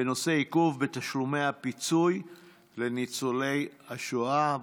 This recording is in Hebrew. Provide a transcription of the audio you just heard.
בנושא: עיכוב בתשלומי הפיצוי לניצולי שואה.